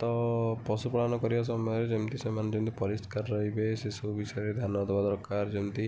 ତ ପଶୁ ପାଳନ କରିବା ସମୟରେ ଯେମିତି ସେମାନେ ଯେମିତି ପରିଷ୍କାର ରହିବେ ସେସବୁ ବିଷୟରେ ଧ୍ୟାନ ଦେବା ଦରକାର ଯେମିତି